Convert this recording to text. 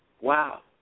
wow